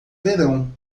verão